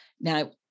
Now